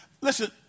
listen